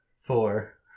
Four